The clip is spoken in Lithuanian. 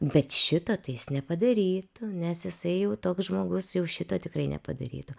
bet šito tai jis nepadarytų nes jisai toks žmogus jau šito tikrai nepadarytų